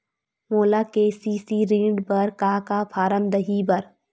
मोला के.सी.सी ऋण बर का का फारम दही बर?